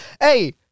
Hey